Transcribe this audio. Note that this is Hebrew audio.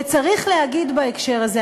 וצריך להגיד בהקשר הזה,